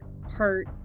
hurt